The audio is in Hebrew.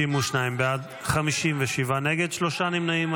52 בעד, 57 נגד, שלושה נמנעים.